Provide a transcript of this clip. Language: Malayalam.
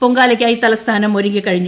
പൊങ്കാലയ്ക്കായി തലസ്ഥാനം ഒരുങ്ങി